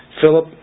Philip